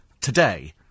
today